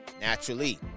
Naturally